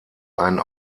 einen